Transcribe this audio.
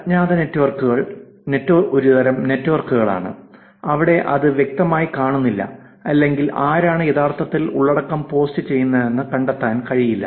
അജ്ഞാത നെറ്റ്വർക്കുകൾ നെറ്റ്വർക്കുകളാണ് അവിടെ അത് വ്യക്തമായി കാണുന്നില്ല അല്ലെങ്കിൽ ആരാണ് യഥാർത്ഥത്തിൽ ഉള്ളടക്കം പോസ്റ്റുചെയ്യുന്നതെന്ന് കണ്ടെത്താൻ കഴിയില്ല